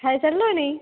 ଖାଇ ସାରିଲଣି